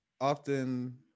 often